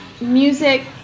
Music